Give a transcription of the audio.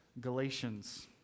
Galatians